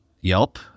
Yelp